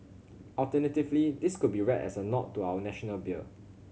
alternatively this could be read as a nod to our National beer